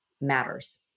matters